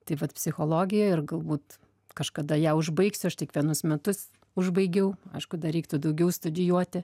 tai vat psichologija ir galbūt kažkada ją užbaigsiu aš tik vienus metus užbaigiau aišku dar reiktų daugiau studijuoti